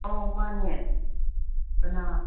ꯑꯣ ꯃꯥꯅꯦ ꯀꯅꯥ